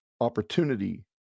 opportunity